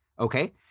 Okay